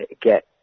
get